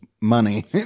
money